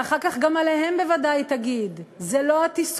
ואחר כך גם עליהם בוודאי תגיד: זה לא התסכול.